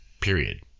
period